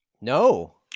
No